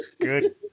Good